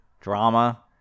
drama